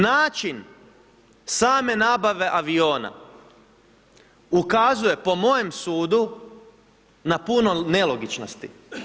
Način same nabave aviona ukazuje po mojem sudu na puno nelogičnosti.